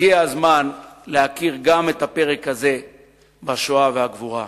הגיע הזמן להכיר גם את הפרק הזה בשואה והגבורה.